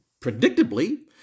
predictably